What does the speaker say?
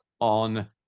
on